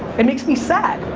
it makes me sad.